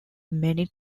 many